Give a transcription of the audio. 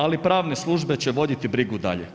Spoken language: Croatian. Ali pravne službe će voditi brigu dalje.